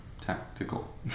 Tactical